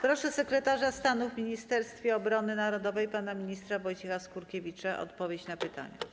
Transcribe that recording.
Proszę sekretarza stanu w Ministerstwie Obrony Narodowej pana ministra Wojciecha Skurkiewicza o odpowiedź na pytania.